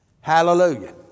Hallelujah